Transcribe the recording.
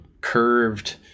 curved